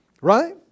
Right